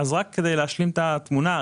כדי להשלים את התמונה,